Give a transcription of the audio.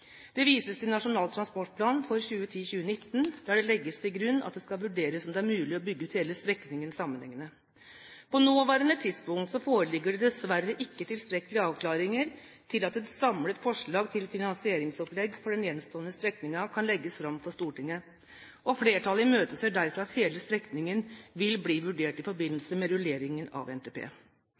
Det vises til Nasjonal transportplan for 2010–2019, der det legges til grunn at det skal vurderes om det er mulig å bygge ut hele strekningen sammenhengende. På det nåværende tidspunkt foreligger det dessverre ikke tilstrekkelige avklaringer til at et samlet forslag til finansieringsopplegg for den gjenstående strekningen kan legges fram for Stortinget, og flertallet imøteser derfor at hele strekningen vil bli vurdert i forbindelse med rulleringen av NTP.